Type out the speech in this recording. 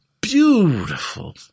beautiful